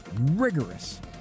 rigorous